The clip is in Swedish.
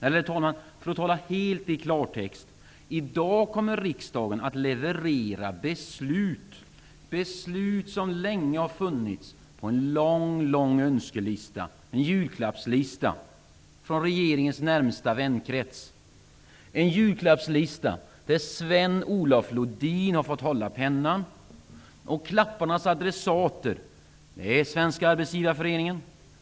Eller, herr talman, för att tala klartext: I dag kommer riksdagen att leverera beslut, beslut som länge har funnits på en lång önskelista -- en julklappslista från regeringens närmaste vänkrets. En julklappslista där Sven-Olof Lodin har fått hålla i pennan.